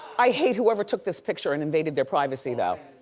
i hate whoever took this picture and invaded their privacy though.